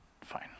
Fine